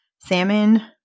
Salmon